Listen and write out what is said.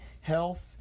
health